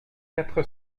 quatre